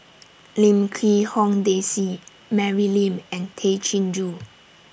Lim Quee Hong Daisy Mary Lim and Tay Chin Joo